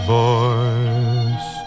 voice